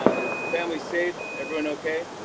is the family safe, everyone okay?